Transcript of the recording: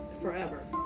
forever